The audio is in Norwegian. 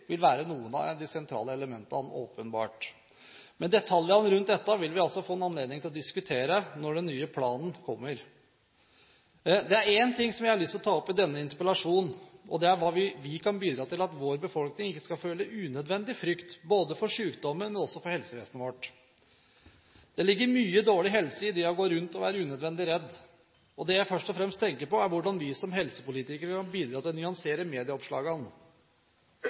vil åpenbart være noen av de sentrale elementene. Men detaljene rundt dette vil vi altså få en anledning til å diskutere når den nye planen kommer. Det er én ting jeg har lyst til å ta opp i denne interpellasjonen, og det er hva vi kan bidra med for at vår befolkning ikke skal føle unødvendig frykt – for sykdommen, men også for helsevesenet vårt. Det ligger mye dårlig helse i å gå rundt å være unødvendig redd. Det jeg først og fremst tenker på, er hvordan vi som er helsepolitikerne, kan bidra til å nyansere medieoppslagene.